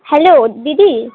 hello দিদি